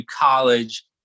college